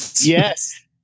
Yes